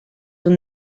dut